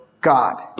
God